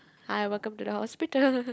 hi welcome to the hospital